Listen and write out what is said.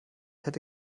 hätte